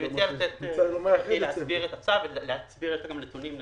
אני מציע שנסביר את הצו ולהסביר את הנתונים.